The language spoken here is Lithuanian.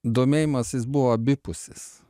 domėjimasis buvo abipusis